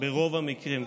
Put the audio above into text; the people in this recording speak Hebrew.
שברוב המקרים,